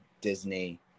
Disney